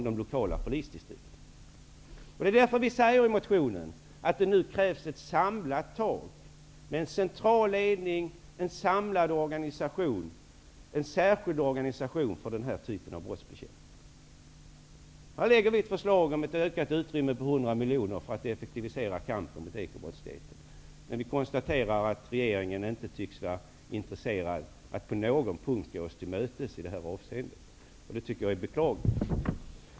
Det är därför vi nu motionerar om ett samlat tag med en central ledning, en särskild organisation, för denna typ av brottsbekämpning. Vi har lagt fram ett förslag om ett ökat utrymme om 100 miljoner kronor för att effektivisera kampen mot ekobrottslighet. Men vi konstaterar att regeringen inte tycks vara intresserad av att på någon punkt gå oss till mötes i det avseendet. Jag tycker att det är beklagligt.